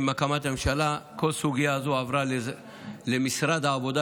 עם הקמת הממשלה כל הסוגיה הזו עברה למשרד העבודה,